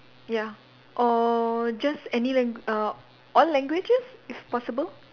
ya or just any lang~ uh all languages if possible